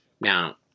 Now